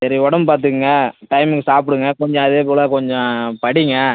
சரி உடம்ப பார்த்துக்குங்க டைமுக்கு சாப்பிடுங்க கொஞ்சம் அதே போல் கொஞ்சம் படிங்கள்